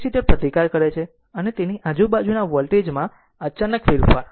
capacitor પ્રતિકાર કરે છે અને તેની આજુબાજુના વોલ્ટેજ માં અચાનક ફેરફાર